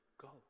go